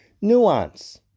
Nuance